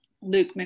luke